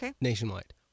Nationwide